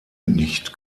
nicht